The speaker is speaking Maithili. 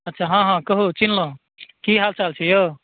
अच्छा हँ हँ कहूँ चिन्हलहुँ की हाल चाल छै यौ